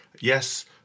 Yes